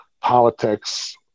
politics –